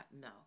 No